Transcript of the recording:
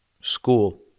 school